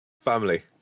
family